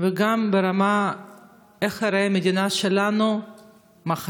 וגם ברמה של איך תיראה המדינה שלנו מחר.